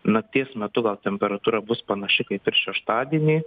nakties metu gal temperatūra bus panaši kaip ir šeštadienį